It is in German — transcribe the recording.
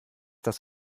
das